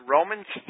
Romans